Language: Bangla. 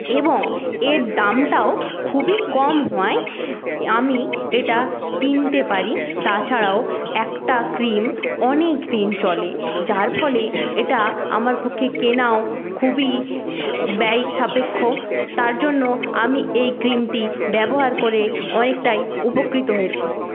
এবং এর দামটাও খুবই কম হওয়ায় আমি এটা কিনতে পারি তাছাড়াও একটা ক্রিম অনেকদিন চলে যার ফলে এটা আমার পক্ষে কেনাও খুবই ব্যয় সাপেক্ষ তার জন্য আমি এই ক্রিমটি ব্যবহার করে অনেকটাই উপকৃত হয়েছি